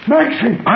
Maxie